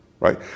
right